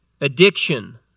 addiction